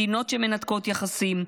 מדינות שמנתקות יחסים,